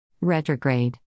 Retrograde